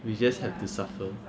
we just have to suffer